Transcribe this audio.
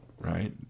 right